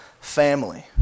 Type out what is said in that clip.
family